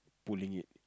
pulling it